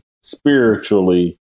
spiritually